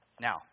Now